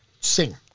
sing